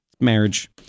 marriage